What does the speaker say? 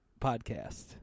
Podcast